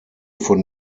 von